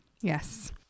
Yes